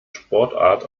sportart